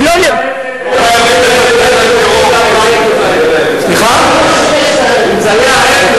לא חייבים לבזבז על טרור כסף, אם זה היה ההיפך,